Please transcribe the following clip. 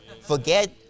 Forget